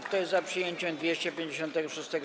Kto jest za przyjęciem 256.